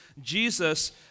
Jesus